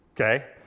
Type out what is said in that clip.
okay